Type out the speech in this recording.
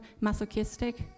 masochistic